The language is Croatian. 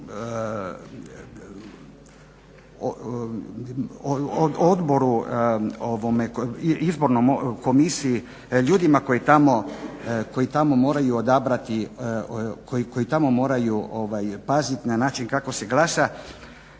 ovome, izbornoj komisiji, ljudima koji tamo moraju odabrati, koji tamo moraju paziti na način kako se glasa